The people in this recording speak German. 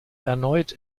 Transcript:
erneut